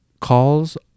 Calls